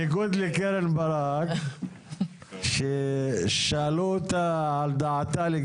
אני מציע שגם את ההודעה הראשונה ניתן